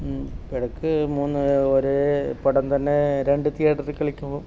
ഇടക്ക് മൂന്ന് ഒരേ പടം തന്നെ രണ്ട് തിയേറ്ററിൽ കളിക്കുമ്പം